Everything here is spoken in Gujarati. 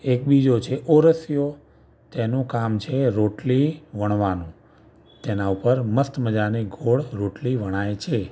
એક બીજો છે ઓરસિયો તેનું કામ છે રોટલી વણવાનું તેના ઉપર મસ્ત મજાની ગોળ રોટલી વણાય છે